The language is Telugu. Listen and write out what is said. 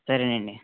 సరేనండి